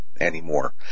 anymore